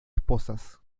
esposas